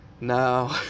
no